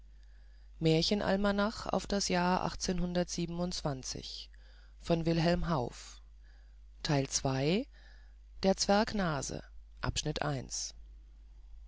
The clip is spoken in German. bekleiden der zwerg nase